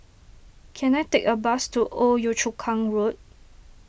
can I take a bus to Old Yio Chu Kang Road